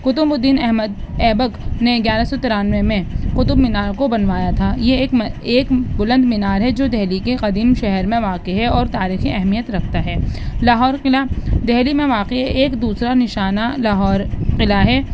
قطب الدین احمد ایبک نے گیارہ سو ترانوے میں قطب مینار کو بنوایا تھا یہ ایک ایک بلند مینار ہے جو دہلی کے قدیم شہر میں واقع ہے اور تاریخی اہمیت رکھتا ہے لاہور قلعہ دہلی میں واقع ایک دوسرا نشانہ لاہور قلعہ ہے